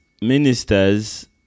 ministers